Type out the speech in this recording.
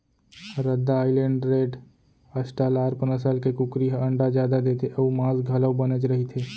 रद्दा Island Red, Australorp नसल के कुकरी ह अंडा जादा देथे अउ मांस घलोक बनेच रहिथे